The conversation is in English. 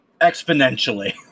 exponentially